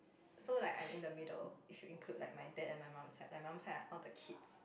so like I'm in the middle you should include like my dad and my mum side my mum side are all the kids